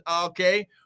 Okay